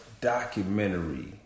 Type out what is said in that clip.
documentary